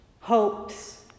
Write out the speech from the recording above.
hopes